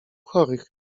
chorych